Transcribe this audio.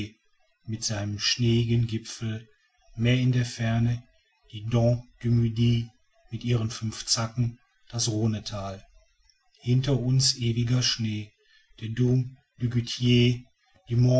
mit seinem schneeigen gipfel mehr in der ferne die dent du midi mit ihren fünf zacken das rhonethal hinter uns ewiger schnee der dom du goter die